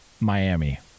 Miami